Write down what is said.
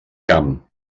camp